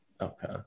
Okay